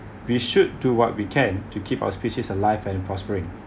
we should do what we can to keep our species alive and prospering